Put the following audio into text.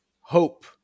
Hope